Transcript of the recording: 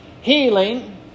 healing